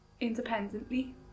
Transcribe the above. independently